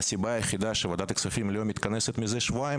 הסיבה היחידה שוועדת הכספים לא מתכנסת מזה שבועיים